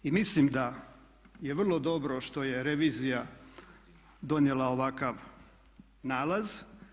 Zato i mislim da je vrlo dobro što je revizija donijela ovakav nalaz.